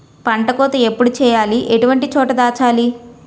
పంట కోత ఎప్పుడు చేయాలి? ఎటువంటి చోట దాచాలి?